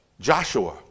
Joshua